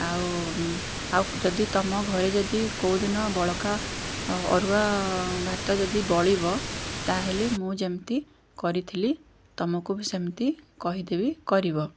ଆଉ ଆଉ ଯଦି ତୁମ ଘରେ ଯଦି କେଉଁଦିନ ବଳକା ଅରୁଆ ଭାତ ଯଦି ବଳିବ ତାହେଲେ ମୁଁ ଯେମିତି କରିଥିଲି ତୁମକୁ ବି ସେମିତି କହିଦେବି କରିବ